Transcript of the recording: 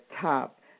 top